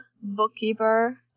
bookkeeper